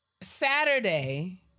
Saturday